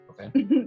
Okay